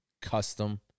Custom